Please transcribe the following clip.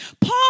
Paul